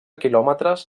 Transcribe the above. quilòmetres